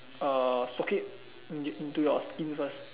uh soak it in into your skin first